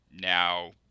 now